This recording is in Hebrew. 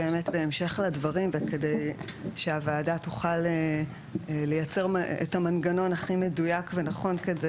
בהמשך לדברים וכדי שהוועדה תוכל לייצר את המנגנון הכי מדויק ונכון כדי